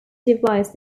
device